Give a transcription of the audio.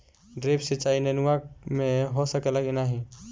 Drip सिंचाई नेनुआ में हो सकेला की नाही?